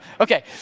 Okay